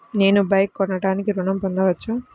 నేను బైక్ కొనటానికి ఋణం పొందవచ్చా?